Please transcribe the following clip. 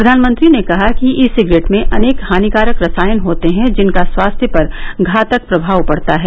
प्रधानमंत्री ने कहा कि ई सिगरेट में अनेक हानिकारक रसायन होते हैं जिनका स्वास्थ्य पर घातक प्रभाव पडता है